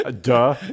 Duh